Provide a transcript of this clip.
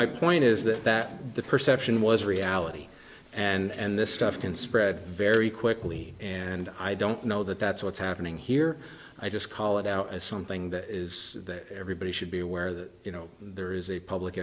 my point is that that the perception was reality and this stuff can spread very quickly and i don't know that that's what's happening here i just call it out as something that is that everybody should be aware that you know there is a public